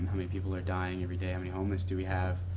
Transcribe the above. i mean, people are dying everyday. how many homeless do we have?